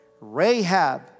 Rahab